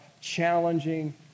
challenging